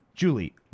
Julie